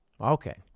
okay